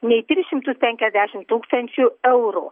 nei tris šimtus penkiasdešim tūkstančių eurų